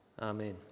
Amen